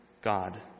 God